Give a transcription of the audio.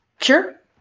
Sure